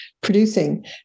producing